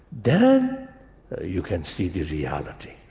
then you can see the reality.